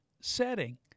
setting